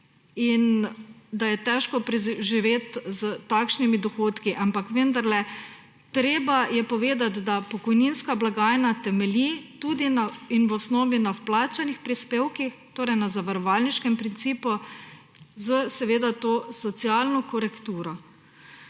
in da je težko preživeti s takšnimi dohodki. Ampak vendarle je treba povedati, da pokojninska blagajna temelji v osnovi na vplačanih prispevkih, torej na zavarovalniškem principu, s to socialno korekturo.